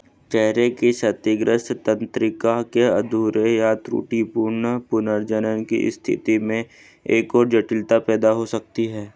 चेहरे के क्षतिग्रस्त तंत्रिका के अधूरे या त्रुटिपूर्ण पुनर्जन्म की स्थिति में एक और जटिलता पैदा हो सकती है